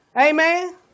Amen